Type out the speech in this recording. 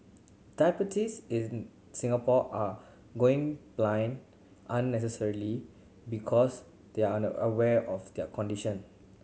diabetics in Singapore are going blind unnecessarily because they are unaware of their condition